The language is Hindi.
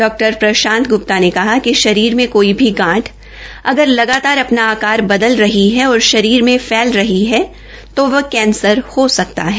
डा प्रशांत गुप्ता ने कहा कि शरीर में कोई भी गांठ अगर लगातार अपना आकार बदल रही है और शरीर में फैल रही है तो वो कैंसर हो सकती है